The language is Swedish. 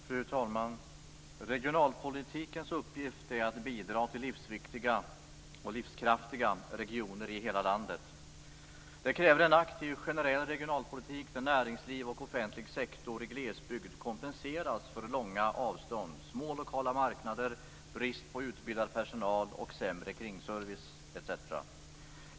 Fru talman! Regionalpolitikens uppgift är att bidra till livsviktiga och livskraftiga regioner i hela landet. Det kräver en aktiv generell regionalpolitik där näringsliv och offentlig sektor i glesbygd kompenseras för långa avstånd, små lokala marknader, brist på utbildad personal, sämre kringservice etc.